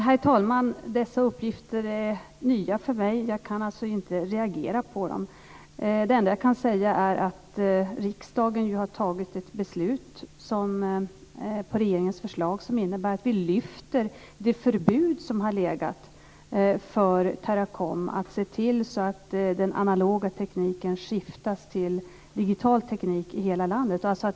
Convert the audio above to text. Herr talman! Dessa uppgifter är nya för mig. Jag kan alltså inte reagera på dem. Det enda jag kan säga är att riksdagen har fattat ett beslut med anledning av regeringens förslag som innebär att vi lyfter bort det förbud som har legat för Teracom att se till att den analoga tekniken skiftas till digital teknik i hela landet.